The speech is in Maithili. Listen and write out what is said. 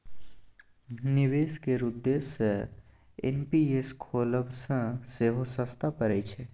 निबेश केर उद्देश्य सँ एन.पी.एस खोलब सँ सेहो सस्ता परय छै